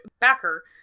Backer